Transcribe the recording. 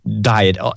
diet